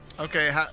Okay